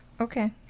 Okay